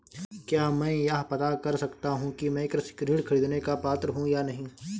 क्या मैं यह पता कर सकता हूँ कि मैं कृषि ऋण ख़रीदने का पात्र हूँ या नहीं?